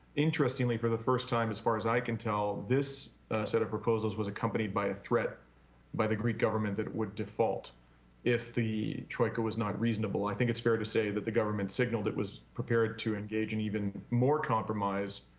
interestingly, for the first time as far as i can tell, this set of proposals was accompanied by a threat by the greek government that it would default if the troika was not reasonable. i think it's fair to say that the government signaled it was prepared to engage in even more compromise,